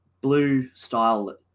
blue-style